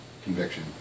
Conviction